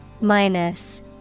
Minus